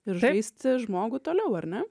ir žaisti žmogų toliau ar ne